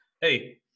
hey